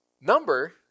number